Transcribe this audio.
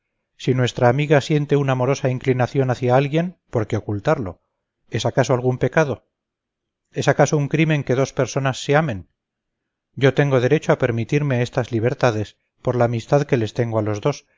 si nuestra amiga siente una amorosa inclinación hacia alguien por qué ocultarlo es acaso algún pecado es acaso un crimen que dos personas se amen yo tengo derecho a permitirme estas libertades por la amistad que les tengo a los dos